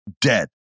Dead